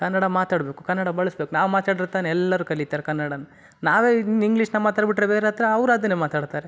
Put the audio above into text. ಕನ್ನಡ ಮಾತಾಡಬೇಕು ಕನ್ನಡ ಬಳಸ್ಬೇಕು ನಾವು ಮಾತಾಡ್ರೆ ತಾನೆ ಎಲ್ಲರೂ ಕಲಿತಾರೆ ಕನ್ನಡಾನ್ನ ನಾವೇ ಇಂಗ್ಲೀಷ್ನಾಗೆ ಮಾತಾಡ್ಬಿಟ್ರೆ ಬೇರೆ ಹತ್ರ ಅವ್ರು ಅದನ್ನೆ ಮಾತಾಡ್ತಾರೆ